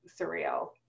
surreal